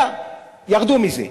היה, ירדו מזה.